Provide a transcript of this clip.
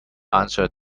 answer